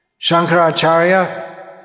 Shankaracharya